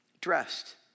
dressed